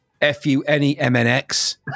F-U-N-E-M-N-X